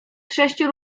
sześciu